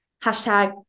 hashtag